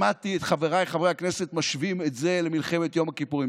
שמעתי את חבריי חברי הכנסת משווים את זה למלחמת יום הכיפורים.